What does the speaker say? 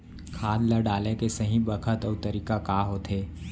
खाद ल डाले के सही बखत अऊ तरीका का होथे?